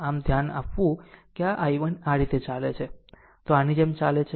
આમ જો આ તરફ ધ્યાન આપવું કે આ I1 આ રીતે ચાલે છે તો તે આની જેમ ચાલે છે